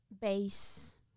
base